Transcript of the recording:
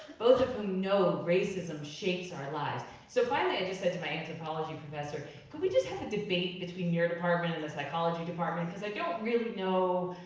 both of whom know racism shapes our lives. so finally i just said to my anthropology professor, could we just have a debate between your department and the psychology department, because i don't really know,